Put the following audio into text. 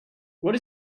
what